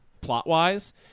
plot-wise